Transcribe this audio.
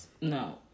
No